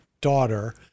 daughter